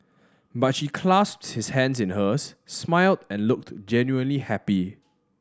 but she clasped his hands in hers smiled and looked genuinely happy